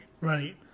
Right